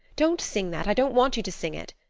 don't sing that. i don't want you to sing it,